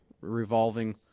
revolving